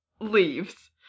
leaves